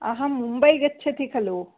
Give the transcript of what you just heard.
अहं मुम्बै गच्छति खलु